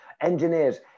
engineers